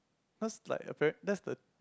cause like apparen~ that's the